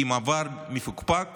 עם עבר מפוקפק